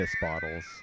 bottles